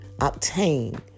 obtain